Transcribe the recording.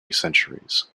centuries